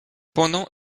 pendant